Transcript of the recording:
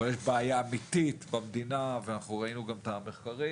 אבל יש בעיה אמיתית במדינה וראינו גם את המחקרים.